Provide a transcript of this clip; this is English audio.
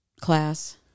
class